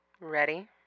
Ready